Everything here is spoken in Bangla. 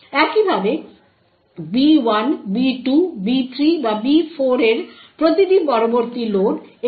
একইভাবে B1 B2 B3 বা B4 এর প্রতিটি পরবর্তী লোড এই B সেট থেকে সরাসরি তথ্য পড়বে